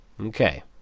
Okay